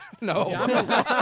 No